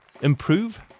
improve